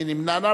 מי נמנע?